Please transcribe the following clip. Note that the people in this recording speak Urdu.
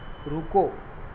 رکو